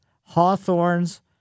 hawthorns